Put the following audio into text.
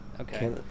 Okay